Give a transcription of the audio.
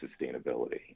sustainability